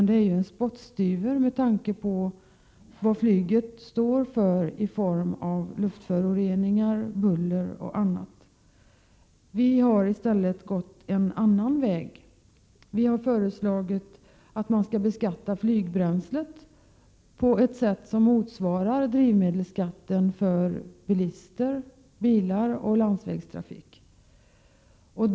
Det är en spottstyver, med tanke på vad flyget står för i form av luftföroreningar, buller och annat. Vpk har i stället gått en annan väg och föreslagit att flygbränslet skall beskattas på så sätt att det motsvarar drivmedelsskatten för bilister, bilar och landsvägstrafik.